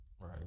right